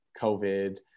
COVID